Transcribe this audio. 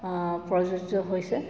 প্ৰযোজ্য হৈছে